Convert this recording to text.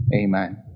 amen